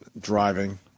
driving